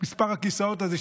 שמספר הכיסאות הזה,